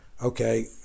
okay